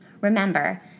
Remember